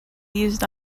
used